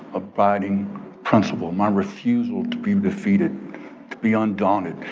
abiding principle, my refusal to be defeated, to be undaunted.